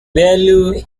value